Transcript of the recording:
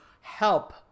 help